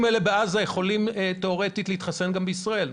האלה מעזה יכולים תיאורטית להתחסן גם בישראל,